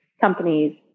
companies